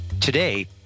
Today